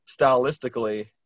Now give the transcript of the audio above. stylistically